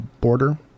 border